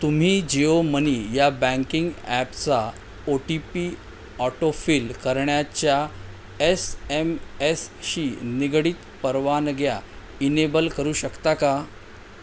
तुम्ही जिओ मनी या बँकिंग ॲपचा ओ टी पी ऑटोफिल करण्याच्या एस एम एसशी निगडित परवानग्या इनेबल करू शकता का